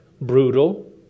brutal